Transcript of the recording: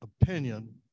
opinion